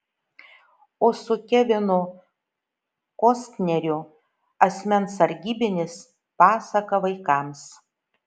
o su kevinu kostneriu asmens sargybinis pasaka vaikams